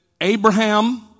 Abraham